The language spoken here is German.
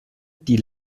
die